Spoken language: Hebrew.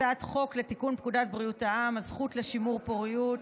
הצעת חוק לתיקון פקודת בריאות העם (הזכות לשימור פוריות),